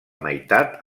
meitat